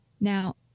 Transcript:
Now